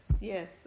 yes